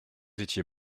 étiez